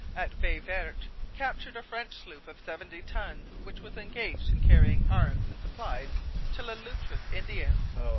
at baie verte, captured a french sloop of seventy tons which was engaged in carrying arms and supplies to le loutre's indians.